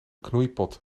knoeipot